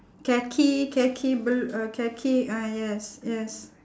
khaki khaki bl~ uh khaki ah yes yes